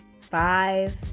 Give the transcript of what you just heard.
five